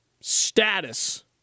status